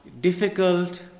difficult